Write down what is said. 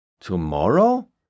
Tomorrow